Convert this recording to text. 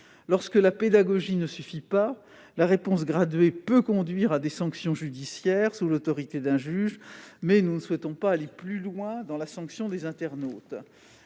Lorsque la pédagogie ne suffit pas, la réponse graduée peut conduire à des sanctions judiciaires, sous l'autorité d'un juge, mais nous ne voulons pas aller plus loin dans la sanction des internautes,